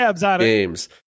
games